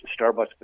Starbucks